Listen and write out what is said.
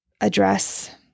address